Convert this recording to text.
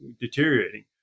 deteriorating